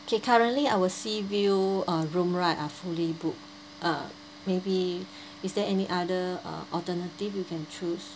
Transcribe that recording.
okay currently our sea view uh room right are fully booked uh maybe is there any other uh alternative you can choose